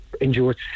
endured